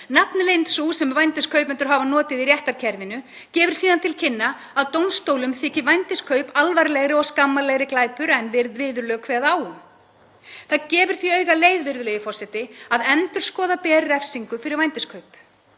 Nafnleynd sú sem vændiskaupendur hafa notið í réttarkerfinu gefur síðan til kynna að dómstólum þyki vændiskaup alvarlegri og skammarlegri glæpur en viðurlög kveða á um. Það gefur því augaleið, virðulegur forseti, að endurskoða beri refsingu fyrir vændiskaup.